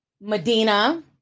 Medina